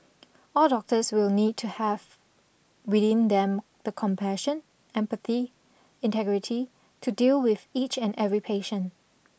all doctors will need to have within them the compassion empathy and integrity to deal with each and every patient